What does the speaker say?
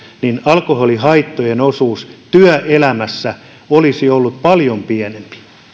alkoholihaittojen osuus työelämässä olisi ollut paljon pienempi